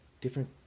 different